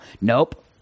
nope